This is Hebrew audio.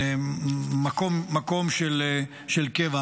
מקום של קבע.